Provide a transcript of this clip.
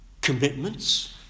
commitments